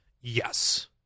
Yes